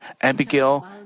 Abigail